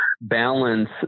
balance